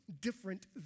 different